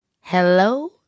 Hello